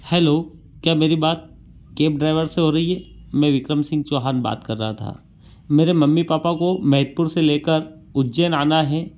hello क्या मेरी बात कैब ड्राइवर से हो रही है मैं विक्रम सिंह चौहान बात कर रहा था मेरे मम्मी पापा को मैहतपुर से लेकर उज्जैन आना हे